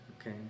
okay